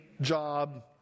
job